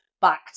back